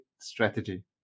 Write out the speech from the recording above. strategy